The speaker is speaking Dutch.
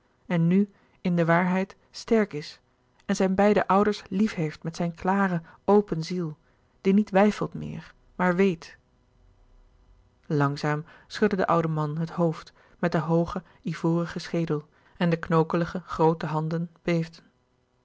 en nu in de waarheid sterk is en zijn beide ouders lief heeft met zijn klare open ziel die niet weifelt meer maar weet langzaam schudde de oude man het hoofd met den hoogen ivorigen schedel en de knokelige groote handen